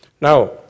Now